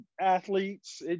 athletes